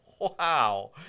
wow